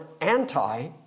anti